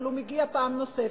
אבל הוא מגיע פעם נוספת.